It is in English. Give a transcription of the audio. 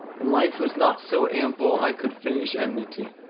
and life was not so ample i could finish enmity.